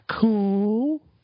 cool